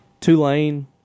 Tulane